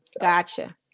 Gotcha